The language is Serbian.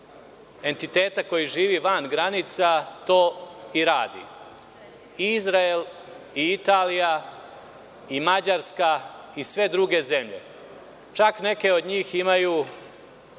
entiteta koji živi van granica to i radi. To radi Izrael, to radi Italija, Mađarska i sve druge zemlje, a čak neke od njih imaju